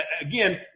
again